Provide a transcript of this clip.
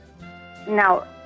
Now